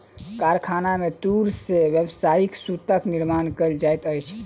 कारखाना में तूर से व्यावसायिक सूतक निर्माण कयल जाइत अछि